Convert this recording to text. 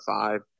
five